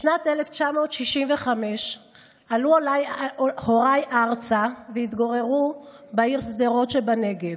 בשנת 1965 עלו הוריי ארצה והתגוררו בעיר שדרות שבנגב,